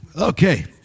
okay